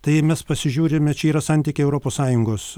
tai mes pasižiūrime čia yra santykiai europos sąjungos